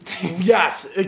Yes